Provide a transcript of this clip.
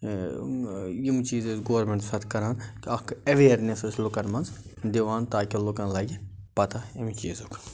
ٲں یِم چیٖز ٲسۍ گورمنَٹ زیادٕ کَران کہِ اَکھ ایٚویرنیٚس ٲسی لُکن منٛز دِوان تاکہِ لُکن لَگہِ پتہ امہِ چیٖزُک